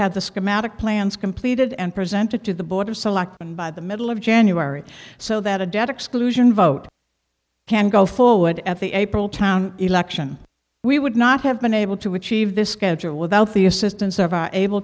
schematic plans completed and presented to the border select and by the middle of january so that a debt exclusion vote can go forward at the april town election we would not have been able to achieve this schedule without the assistance